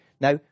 now